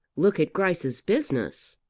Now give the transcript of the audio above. look at grice's business.